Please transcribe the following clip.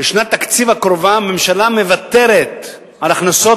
בשנת התקציב הקרובה הממשלה מוותרת על הכנסות